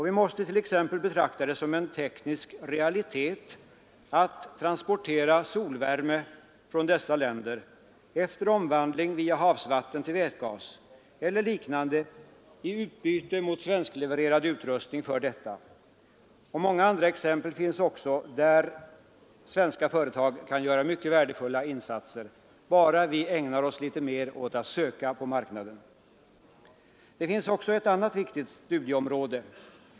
Vi måste t.ex. betrakta det som en teknisk realitet att transportera solvärme från dessa länder efter omvandling via havsvatten till vätgas eller liknande i utbyte mot svensklevererad utrustning för detta. Många andra områden finns också där även svenska företag kan göra värdefulla insatser, bara vi ägnar oss litet mer åt att söka på marknaderna. Det finns också ett annat viktigt studieområde.